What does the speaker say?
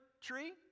tree